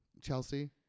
Chelsea